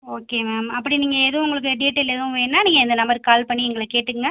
okay ma'am அப்படி நீங்கள் எதுவும் உங்களுக்கு டீட்டெய்ல் எதும் வேண்ணால் நீங்கள் இந்த நம்பருக்கு கால் பண்ணி எங்கள கேட்டுக்கங்க